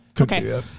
Okay